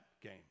game